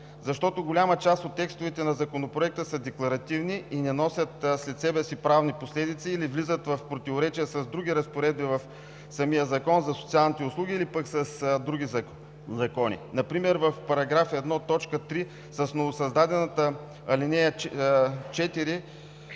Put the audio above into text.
Защото голяма част от текстовете на Законопроекта са декларативни и не носят след себе си правни последици или влизат в противоречие с други разпоредби в самия Закон за социалните услуги, или пък с други закони. Например в § 1, т. 3 с новосъздадената ал. 4